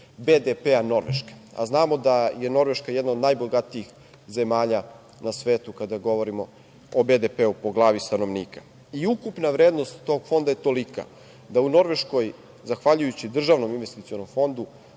BDP-a Norveške, a znamo da je Norveška jedna od najbogatijih zemalja na svetu kada govorimo o BDP-u po glavi stanovnika. Ukupna vrednost tog fonda je tolika da u Norveškoj zahvaljujući Državnom investicionom fondu